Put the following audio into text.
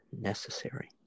necessary